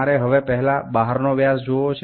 এখন আমি প্রথমে বাহ্যিক ব্যাস দেখতে চাই